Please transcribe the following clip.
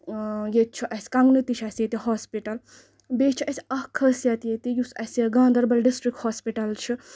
ییٚتہِ چھُ اَسہِ کَنگنہٕ تہِ چھُ اَسہِ ییٚتہِ ہوسپٹل بیٚیہِ چھُ اَسہِ اکھ خٲصِیت ییٚتہِ یُس اَسہِ گاندربَل ڈِسٹرک ہوسپِٹل چھ